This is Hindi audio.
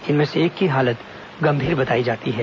इनमें से एक की हालत गंभीर बताई जाती है